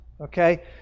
Okay